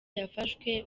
yafashwe